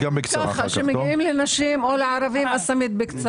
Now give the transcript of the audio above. כשמגיעים לנשים או לערבים, תמיד בקצרה.